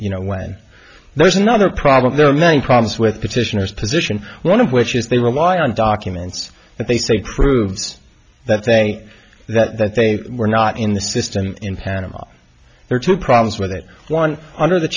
you know when there's not a problem there are many problems with petitioners position one of which is they rely on documents that they say proves that they that they were not in the system in panama there are two problems with it one under the